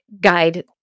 guide